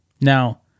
Now